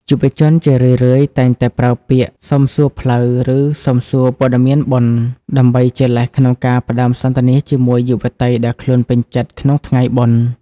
យុវជនជារឿយៗតែងតែប្រើពាក្យ "សុំសួរផ្លូវ" ឬ "សុំសួរព័ត៌មានបុណ្យ" ដើម្បីជាលេសក្នុងការផ្ដើមសន្ទនាជាមួយយុវតីដែលខ្លួនពេញចិត្តក្នុងថ្ងៃបុណ្យ។